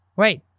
wait,